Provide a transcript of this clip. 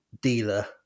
dealer